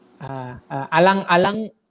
Alang-alang